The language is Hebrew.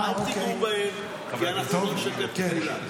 אל תיגעו בהם, כי אנחנו לא נשתף פעולה.